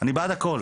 אני בעד הכול.